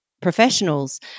professionals